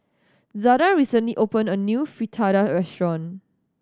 Zada recently opened a new Fritada restaurant